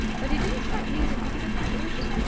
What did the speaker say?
but he didn't strike me as an object of derision.